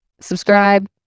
subscribe